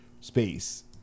space